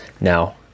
now